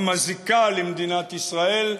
המזיקה למדינת ישראל,